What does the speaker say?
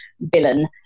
villain